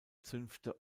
zünfte